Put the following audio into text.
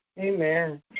Amen